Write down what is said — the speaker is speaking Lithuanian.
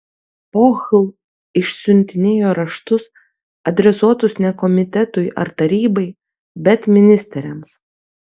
pohl išsiuntinėjo raštus adresuotus ne komitetui ar tarybai bet ministeriams